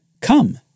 Come